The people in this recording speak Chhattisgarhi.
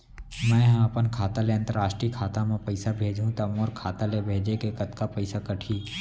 मै ह अपन खाता ले, अंतरराष्ट्रीय खाता मा पइसा भेजहु त मोर खाता ले, भेजे के कतका पइसा कटही?